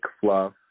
fluff